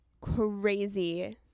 crazy